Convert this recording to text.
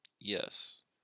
Yes